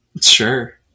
Sure